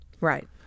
Right